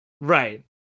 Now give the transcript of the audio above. Right